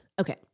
okay